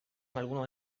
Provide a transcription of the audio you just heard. algunos